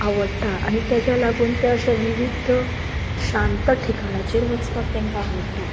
आवडटा आनी तेच्या लागून ते अशे विविध शांत ठिकाणाचेर वचपाक तेंका आवडटा